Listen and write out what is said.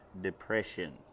depression